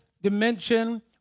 dimension